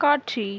காட்சி